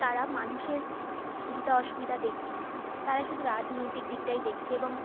তারা মানুষের সুবিধা অসুবিধা দেখছে না তারা শুধু রাজনৈতিক দিকটাই দেখছে এবং